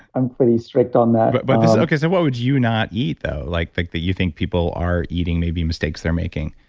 i'm pretty strict on that but but so okay, so what would you not eat though like that you think people are eating? maybe mistakes they're making?